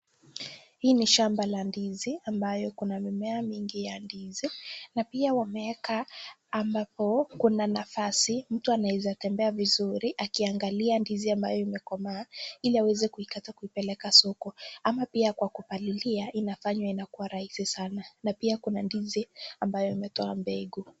Hii ni shamba la ndizi ambayo kuna mimea mingi ya ndizi. Na pia wameweka ambapo kuna nafasi mtu anaweza tembea vizuri akiangalia ndizi ambayo imekomaa ili aweze kuikata kuipeleka soko. Ama pia kwa kupalilia inafanywa inakuwa rahisi sana. Na pia kuna ndizi ambayo imetoa mbegu.